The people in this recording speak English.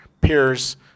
peers